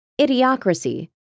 Idiocracy